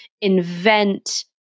invent